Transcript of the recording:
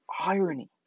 irony